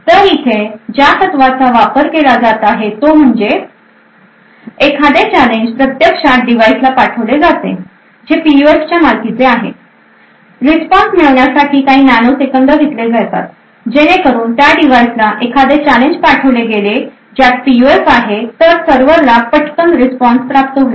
तर इथे ज्या तत्वाचा वापर केला जात आहे तो म्हणजे एखादे चॅलेंज प्रत्यक्षात डिव्हाइसला पाठवले जाते जे पीयूएफच्या मालकीच्या आहे रिस्पॉन्स मिळवण्यासाठी काही नॅनो सेकंद घेतले जातात जेणेकरून त्या डिव्हाइसला एखादे चॅलेंज पाठवले गेले ज्यात पीयूएफ आहे तर सर्व्हरला पटकन रिस्पॉन्स प्राप्त होईल